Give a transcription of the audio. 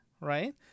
right